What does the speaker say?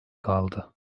kaldı